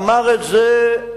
כתב על זה ז'בוטינסקי,